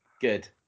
Good